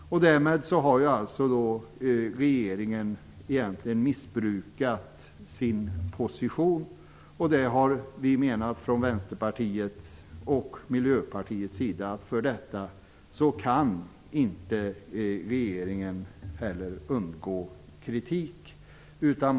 Därmed har regeringen egentligen missbrukat sin position. Vänsterpartiet och Miljöpartiet menar att regeringen inte kan undgå kritik för detta.